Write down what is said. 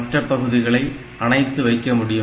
மற்ற பகுதிகளை அணைத்து வைக்க முடியும்